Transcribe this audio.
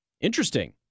Interesting